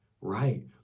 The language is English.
right